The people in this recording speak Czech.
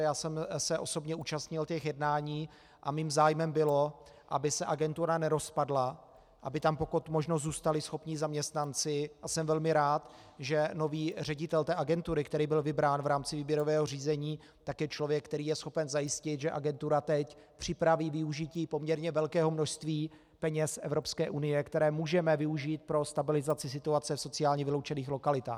Já jsem se osobně účastnil jednání a mým zájmem bylo, aby se agentura nerozpadla, aby tam pokud možno zůstali schopní zaměstnanci, a jsem velmi rád, že nový ředitel agentury, který byl vybrán v rámci výběrového řízení, je člověk, který je schopen zajistit, že agentura teď připraví využití poměrně velkého množství peněz z Evropské unie, které můžeme využít pro stabilizaci situace v sociálně vyloučených lokalitách.